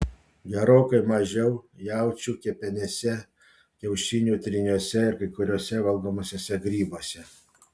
gerokai mažiau jaučių kepenyse kiaušinių tryniuose ir kai kuriuose valgomuosiuose grybuose